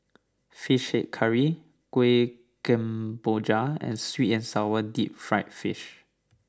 Fish Head Curry Kuih Kemboja and Sweet and Sour Deep Fried Fish